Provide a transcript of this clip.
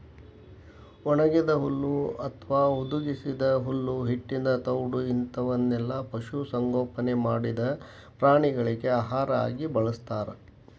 ಒಣಗಿದ ಹುಲ್ಲು ಅತ್ವಾ ಹುದುಗಿಸಿದ ಹುಲ್ಲು ಹಿಟ್ಟಿನ ತೌಡು ಇಂತವನ್ನೆಲ್ಲ ಪಶು ಸಂಗೋಪನೆ ಮಾಡಿದ ಪ್ರಾಣಿಗಳಿಗೆ ಆಹಾರ ಆಗಿ ಬಳಸ್ತಾರ